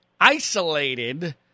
isolated